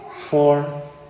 four